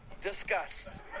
Discuss